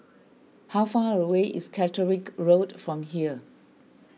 how far away is Catterick Road from here